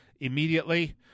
immediately